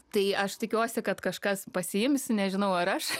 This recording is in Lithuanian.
tai aš tikiuosi kad kažkas pasiims nežinau ar aš